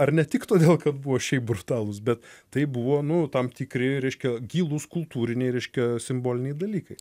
ar ne tik todėl kad buvo šiaip brutalūs bet tai buvo nu tam tikri reiškia gilūs kultūriniai reiškia simboliniai dalykai